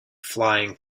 flying